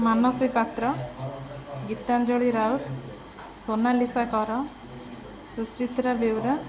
Manasi Patra Gitanjali Raut Sonalisa Kar Suchitra Beura